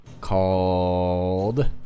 called